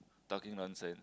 talking nonsense